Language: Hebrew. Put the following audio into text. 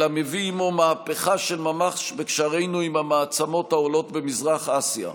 אלא מביא עימו מהפכה של ממש בקשרינו עם המעצמות העולות במזרח אסיה.